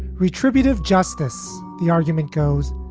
retributive justice. the argument goes,